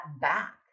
back